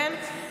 כן,